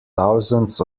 thousands